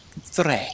three